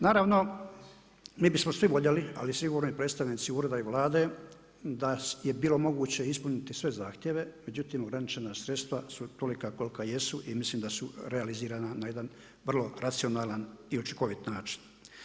Naravno mi bismo svi voljeli ali sigurno i predstavnici ureda i Vlade da je bilo moguće ispuniti sve zahtjeve, međutim ograničena sredstva su tolika kolika jesu i mislim da su realizirana na jedan vrlo racionalan i učinkovit način.